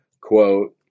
quote